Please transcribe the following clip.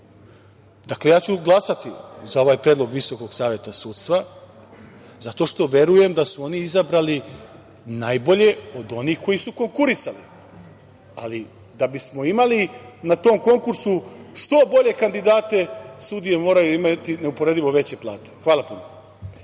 narod. Dakle, ja ću glasati za ovaj predlog VSS zato što verujem da su oni izabrali najbolje od onih koji su konkurisali, ali da bismo imali na tom konkursu što bolje kandidate, sudije moraju imati neuporedivo veće plate. Hvala puno.